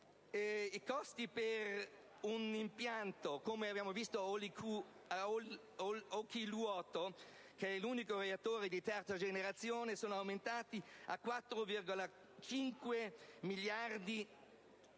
I costi per un impianto come quello di Olkiluoto, l'unico reattore di terza generazione, sono aumentati a 4,5 miliardi di euro.